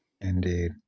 Indeed